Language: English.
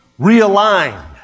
realigned